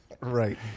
Right